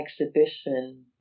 exhibition